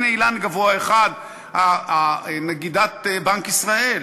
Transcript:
הנה אילן גבוה אחד, נגידת בנק ישראל,